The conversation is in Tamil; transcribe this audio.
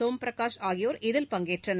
சோம் பிரகாஷ் ஆகியோர் இதில் பங்கேற்றனர்